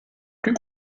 plus